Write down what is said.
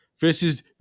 versus